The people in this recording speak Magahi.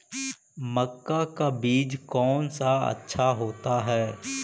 मक्का का बीज कौन सा अच्छा होता है?